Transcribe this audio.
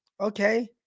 okay